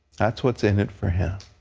that's what's in it for him.